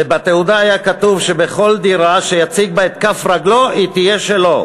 ובתעודה היה כתוב שכל דירה שיציג בה את כף רגלו תהיה שלו,